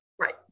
right